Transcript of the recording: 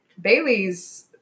Bailey's